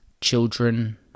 children